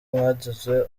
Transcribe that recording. mwagize